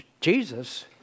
Jesus